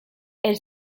elle